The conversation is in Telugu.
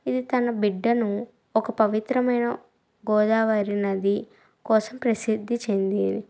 ఇది తన బిడ్డను ఒక పవిత్రమైన గోదావరినది కోసం ప్రసిద్ది చెంది